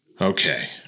Okay